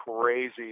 crazy